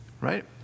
right